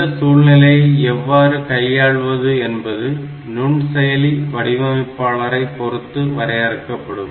இந்த சூழ்நிலையை எவ்வாறு கையாள்வது என்பது நுண்செயலி வடிவமைப்பாளரை பொறுத்து வரையறுக்கப்படும்